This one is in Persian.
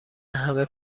همه